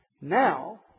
Now